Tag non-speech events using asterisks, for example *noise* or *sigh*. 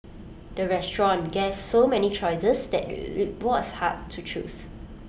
the restaurant gave so many choices that *noise* was hard to choose